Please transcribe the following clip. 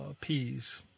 peas